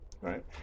Right